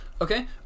Okay